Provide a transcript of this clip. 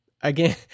again